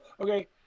Okay